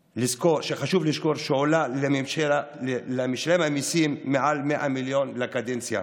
חשוב לזכור שזה עולה למשלם המיסים יותר מ-100 מיליון שקלים לקדנציה.